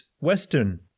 Western